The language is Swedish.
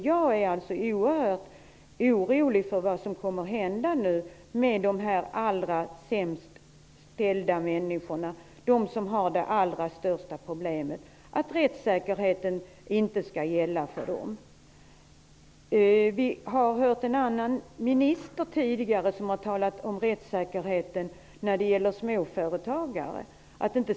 Jag är väldigt orolig för vad som skall hända med de allra sämst ställda människorna, med dem som har de allra största problemen. Jag är rädd att rättssäkerheten inte kommer att gälla för dem. Vi har hört en minister tidigare tala om rättssäkerheten när det gäller småföretagare.